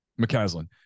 McCaslin